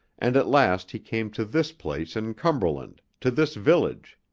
and at last he came to this place in cumberland, to this village,